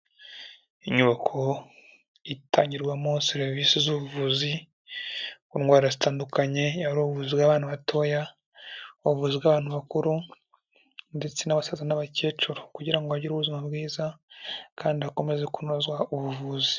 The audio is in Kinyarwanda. Inyubako itangirwamo serivisi z'ubuvuzi ku ndwara zitandukanye, yaba ari ubuvuzi bw'abantu batoya, yaba ubuvuzu bw'abantu bakuru ndetse n'abasaza n'abakecuru, kugira ngo bagire ubuzima bwiza kandi hakomeze kunozwa ubuvuzi.